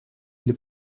для